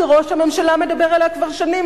שראש הממשלה מדבר עליה כבר שנים.